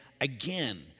again